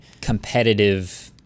competitive